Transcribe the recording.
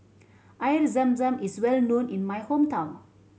Air Zam Zam is well known in my hometown